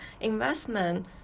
investment